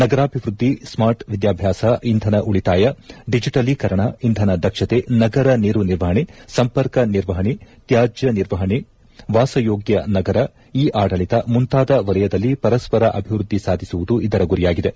ನಗರಾಭಿವೃದ್ಧಿ ಸ್ಥಾಟ್ ವಿದ್ವಾಬ್ದಾಸ ಇಂಧನ ಉಳಿತಾಯ ಡಿಜೆಟಲೀಕರಣ ಇಂಧನ ದಕ್ಷತೆ ನಗರ ನೀರು ನಿರ್ವಹಣೆ ಸಂಪರ್ಕ ನಿರ್ವಹಣೆ ತ್ಯಾಜ್ಞ ನಿರ್ವಹಣೆ ವಾಸಯೋಗ್ತ ನಗರ ಇ ಆಡಳಿತ ಮುಂತಾದ ವಲಯದಲ್ಲಿ ಪರಸ್ಪರ ಅಭಿವೃದ್ಧಿ ಸಾಧಿಸುವುದು ಇದರ ಗುರಿಯಾಗಿದೆ